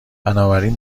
بنابراین